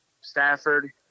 Stafford